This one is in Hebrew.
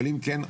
אבל אם כן,